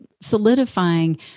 solidifying